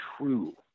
true